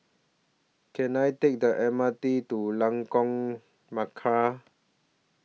Can I Take The M R T to Lengkok Merak